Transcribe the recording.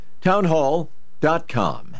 Townhall.com